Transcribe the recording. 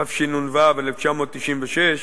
התשנ"ו 1996,